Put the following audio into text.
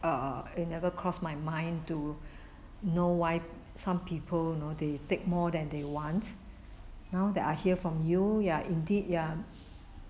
err it never crossed my mind to know why some people you know they take more than they want now that I hear from you ya indeed ya